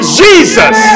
jesus